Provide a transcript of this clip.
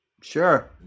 Sure